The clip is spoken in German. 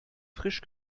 frisch